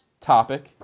topic